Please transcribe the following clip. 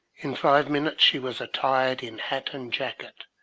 in five minutes she was attired in hat and jacket,